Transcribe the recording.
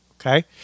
Okay